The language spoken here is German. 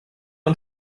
und